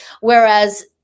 Whereas